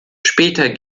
später